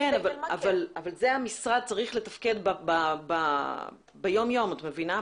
כן, אבל זה המשרד צריך לתפקד ביום-יום, את מבינה?